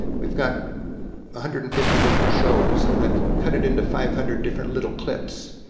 we've got ah hundred and fifty different shows and i've cut it into five hundred different little clips,